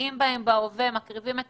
שאנחנו מקריבים את